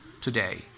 today